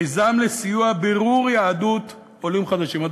מיזם לסיוע בירור יהדות עולים חדשים.